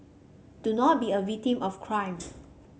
do not be a victim of crime